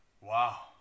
Wow